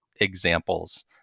examples